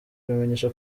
kubimenyesha